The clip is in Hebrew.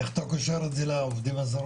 איך אתה קושר את זה לעובדים הזרים?